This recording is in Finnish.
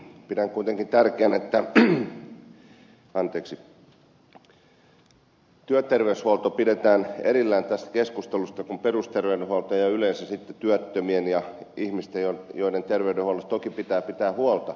pidän kuitenkin tärkeänä että työterveyshuolto pidetään erillään siitä keskustelusta kun puhutaan perusterveydenhuollosta ja yleensä sitten työttömien ja muiden työterveyshuollon piiriin kuulumattomien ihmisten terveydenhuollosta josta toki pitää pitää huolta